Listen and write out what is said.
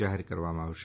જાહેર કરવામાં આવશે